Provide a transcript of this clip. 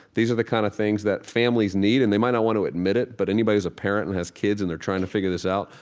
these are the kind of things that families need and they might not want to admit it, but anybody who is a parent and has kids and they're trying to figure this out,